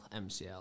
MCL